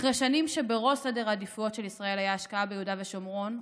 אחרי שבראש סדר העדיפויות של ישראל הייתה השקעה ביהודה ושומרון,